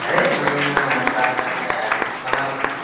అదే మన బా మన